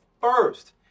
first